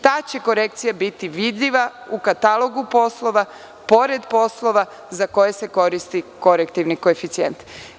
Ta će korekcija biti vidljiva u katalogu poslova, pored poslova za koje se koristi korektivni koeficijent.